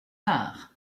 art